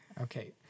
Okay